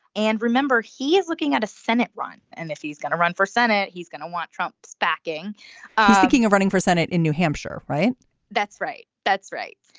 and remember he is looking at a senate run. and if he's going to run for senate he's going to want trump's backing he's thinking of running for senate in new hampshire. right that's right. that's right.